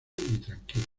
tranquila